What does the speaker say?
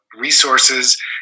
resources